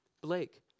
Blake